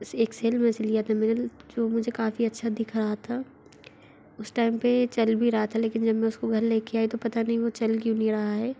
एक सेल में से लिया था मैंने जो मुझे काफ़ी अच्छा दिख रहा था उस टाइम पर यह चल भी रहा था लेकिन जब मैं उसको घर लेकर आई तो पता नहीं वह चल क्यों नहीं रहा है